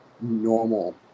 normal